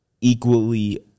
equally